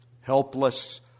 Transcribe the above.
Helpless